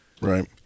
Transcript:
right